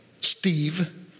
Steve